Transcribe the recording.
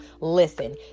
Listen